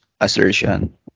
assertion